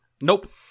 Nope